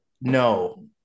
no